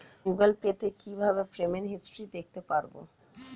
Google Pay তে কিভাবে payment history দেখতে পারবো?